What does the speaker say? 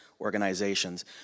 organizations